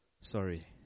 sorry